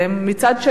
מצד שני,